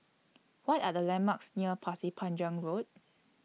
What Are The landmarks near Pasir Panjang Road